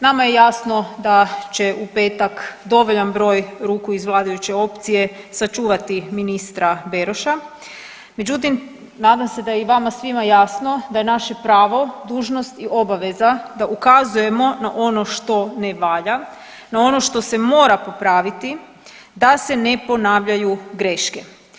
Nama je jasno da će u petak dovoljan broj ruku iz vladajuće opcije sačuvati ministra Beroša, međutim nadam se da je i vama svima jasno da je naše pravo, dužnost i obaveza da ukazujemo na ono što ne valja, no ono što se mora popraviti da se ne ponavljaju greške.